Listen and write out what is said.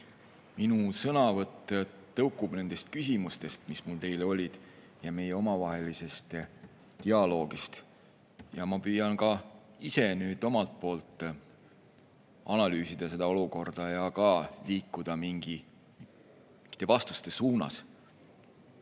Minu sõnavõtt tõukub nendest küsimustest, mis mul teile olid, ja meie omavahelisest dialoogist. Ja ma püüan ka ise analüüsida seda olukorda ja liikuda ka mingi vastuse suunas.